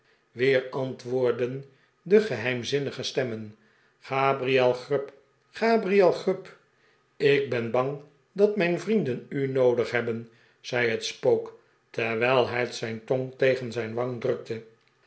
de geheimzinnige stemmen gabriel grub gabriel grub ik ben bang dat mijn vrienden u noodig hebben zei net spook terwijl het zijn tong tegen zijn wang drukte